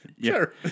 Sure